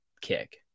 kick